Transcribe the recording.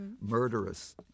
murderous